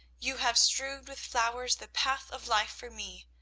you have strewed with flowers the path of life for me.